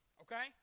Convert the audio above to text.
okay